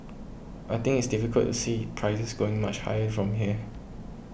I think it's difficult to see prices going much higher from here